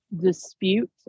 dispute